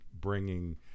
bringing